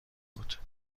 بود